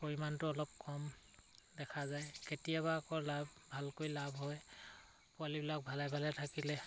পৰিমাণটো অলপ কম দেখা যায় কেতিয়াবা আকৌ লাভ ভালকৈ লাভ হয় পোৱালিবিলাক ভালে ভালে থাকিলে